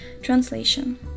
Translation